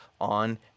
on